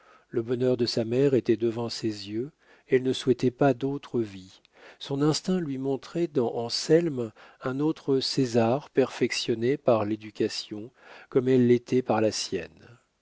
le bonheur de sa mère était devant ses yeux elle ne souhaitait pas d'autre vie son instinct lui montrait dans anselme un autre césar perfectionné par l'éducation comme elle l'était par la sienne